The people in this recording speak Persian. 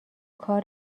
کار